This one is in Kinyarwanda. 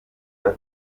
bato